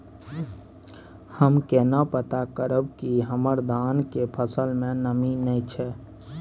हम केना पता करब की हमर धान के फसल में नमी नय छै?